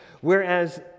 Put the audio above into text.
whereas